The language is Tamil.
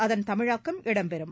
அதன் தமிழாக்கம் இடம்பெறும்